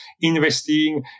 investing